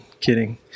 Kidding